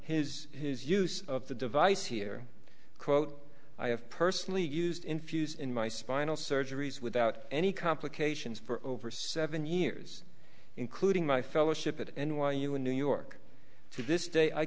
his his use of the device here quote i have personally used infuse in my spinal surgeries without any complications for over seven years including my fellowship at n y u in new york to this day i